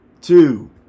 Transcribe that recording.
two